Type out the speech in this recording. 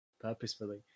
purposefully